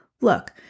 Look